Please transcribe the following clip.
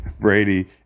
Brady